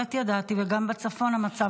בהחלט ידעתי, וגם בצפון המצב לא מזהיר.